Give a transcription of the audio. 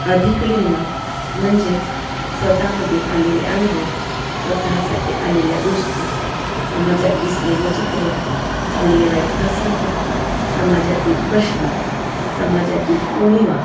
अधिक लिहिणं म्हणजेच स्वत मध्ये आलेले अनुभव स्वतःसाठी आलेल्या गोष्टी समाजात दिसलेलं चित्रण चांगले वाईट प्रसंग समाजातील प्रश्न समाजातील उणीवा